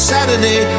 Saturday